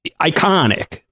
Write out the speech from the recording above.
iconic